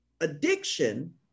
addiction